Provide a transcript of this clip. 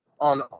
on